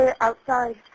outside